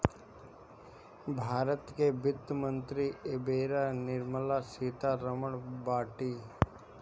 भारत के वित्त मंत्री एबेरा निर्मला सीता रमण बाटी